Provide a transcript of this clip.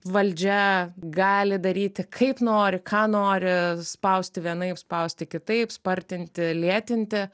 valdžia gali daryti kaip nori ką nori spausti vienaip spausti kitaip spartinti lėtinti